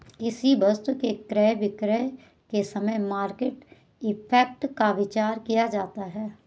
किसी वस्तु के क्रय विक्रय के समय मार्केट इंपैक्ट का विचार किया जाता है